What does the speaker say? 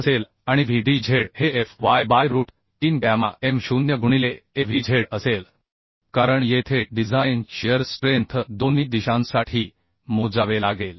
असेल आणि Vdz हे Fy by root 3 gamma M0 गुणिले AVzअसेल कारण येथे डिझाइन शिअर स्ट्रेंथ दोन्ही दिशांसाठी मोजावे लागेल